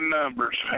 numbers